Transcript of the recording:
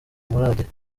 maradiyo